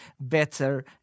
better